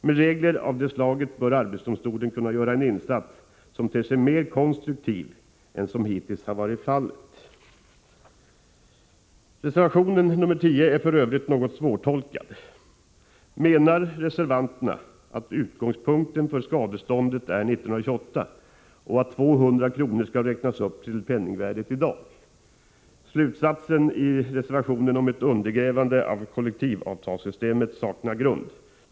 Med regler av det slaget bör arbetsdomstolen kunna göra en insats som ter sig mer konstruktiv än som hittills har varit fallet.” Reservation 10 är f.ö. något svårtolkad. Menar reservanterna att utgångspunkten för skadeståndet är 1928 och att 200 kr. skall räknas upp till penningvärdet i dag? Slutsatsen i reservationen om ett undergrävande av kollektivavtalssystemet saknar grund.